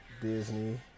disney